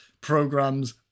programs